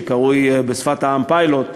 שקרוי בשפת העם "פיילוט",